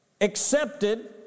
accepted